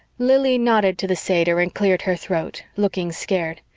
lili nodded to the satyr and cleared her throat, looking scared.